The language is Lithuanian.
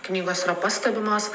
knygos yra pastebimos